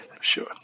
sure